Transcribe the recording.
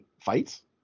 fights